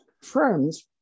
Firms